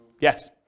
Yes